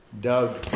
Doug